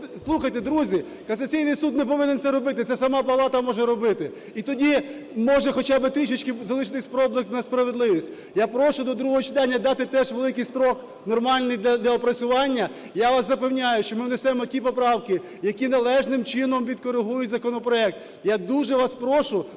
Слухайте, друзі, касаційний суд не повинен це робити, це сама палата може робити. І тоді може хоча би трішечки залишитись проблиск на справедливість. Я прошу до другого читання дати теж великий строк, нормальний для опрацювання. Я вас запевняю, що ми внесемо ті поправки, які належним чином відкоригують законопроект. Я дуже вас прошу